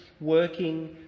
working